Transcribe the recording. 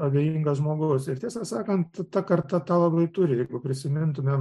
abejingas žmogus ir tiesą sakant ta karta tą labai turi jeigu prisimintumėm